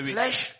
flesh